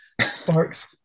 sparks